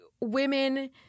women –